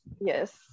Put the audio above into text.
Yes